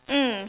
mm